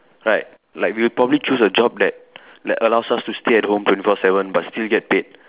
right like we'll probably choose a job that that allows us to stay at home twenty four seven but still get paid